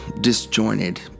disjointed